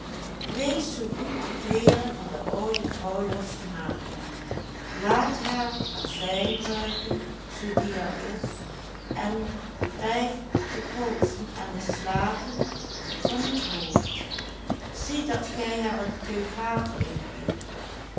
wees zoo goed de kleeren van de oude vrouw los te maken laat haar azijn ruiken zoo die er is er wrijf haar de polsen en de slapen van het hoofd zie dat gij haar een teug water ingeeft